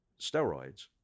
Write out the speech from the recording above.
steroids